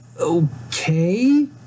okay